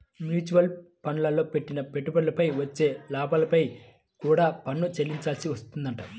mutual ఫండ్లల్లో పెట్టిన పెట్టుబడిపై వచ్చే లాభాలపై కూడా పన్ను చెల్లించాల్సి వత్తదంట